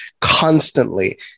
constantly